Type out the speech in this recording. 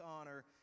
honor